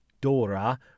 Dora